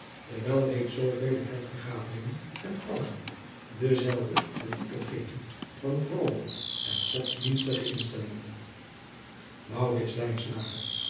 terwijl reeds zoovele kerkvergaderingen en pausen dezelve den titel geven van vrome en godsdienstige instellingen